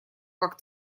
как